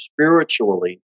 spiritually